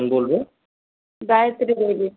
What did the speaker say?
कौन बोल रहे हो गायत्री देवी